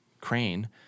Crane